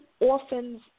orphans